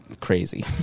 crazy